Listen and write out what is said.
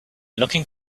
looking